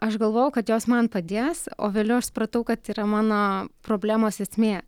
aš galvojau kad jos man padės o vėliau aš supratau kad yra mano problemos esmė